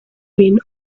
been